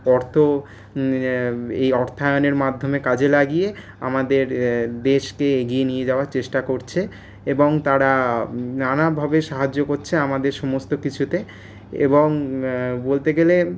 অর্থ এই অর্থায়নের মাধ্যমে কাজে লাগিয়ে আমাদের দেশকে এগিয়ে নিয়ে যাওয়ার চেষ্টা করছে এবং তারা নানাভাবে সাহায্য় করছে আমাদের সমস্তকিছুতে এবং বলতে গেলে